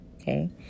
Okay